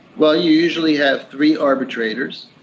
well, you usually have three arbitrators.